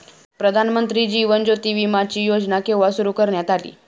प्रधानमंत्री जीवन ज्योती विमाची योजना केव्हा सुरू करण्यात आली?